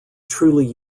truly